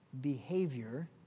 Behavior